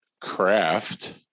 craft